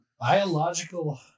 Biological